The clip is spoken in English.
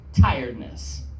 tiredness